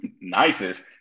Nicest